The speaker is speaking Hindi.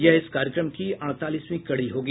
यह इस कार्यक्रम की अड़तालीसवीं कड़ी होगी